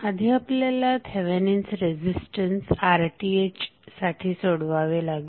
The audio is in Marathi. आधी आपल्याला थेवेनिन्स रेझिस्टन्स RThसाठी सोडवावे लागेल